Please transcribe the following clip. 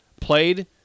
played